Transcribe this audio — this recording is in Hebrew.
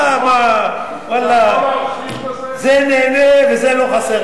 מה, ואללה, זה נהנה וזה לא חסר.